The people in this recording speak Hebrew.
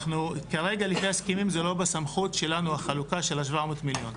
כרגע לפי ההסכמים זה לא בסמכות שלנו החלוקה של ה-700 מיליון.